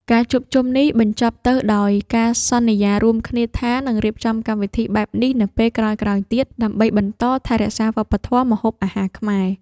ការជួបជុំនេះបញ្ចប់ទៅដោយការសន្យារួមគ្នាថានឹងរៀបចំកម្មវិធីបែបនេះនៅពេលក្រោយៗទៀត ដើម្បីបន្តថែរក្សាវប្បធម៌ម្ហូបអាហារខ្មែរ។